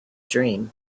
dream